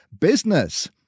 business